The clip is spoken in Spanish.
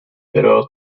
pero